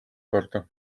korda